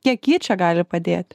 kiek ji čia gali padėt